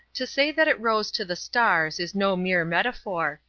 to say that it rose to the stars is no mere metaphor,